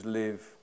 live